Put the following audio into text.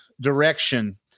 direction